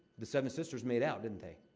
the seven sisters made out, didn't they?